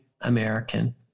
American